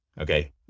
Okay